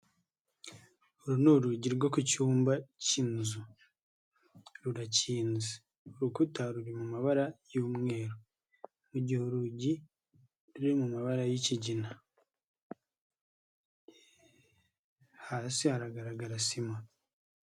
Uru ni urugi rwo ku cyumba cy'yinzu, rurakinze. Urukuta ruri mu mabara y'umweru, mu gihe urugi ruri mu mabara y'ikigina. Hasi hagaragara sima.